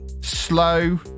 slow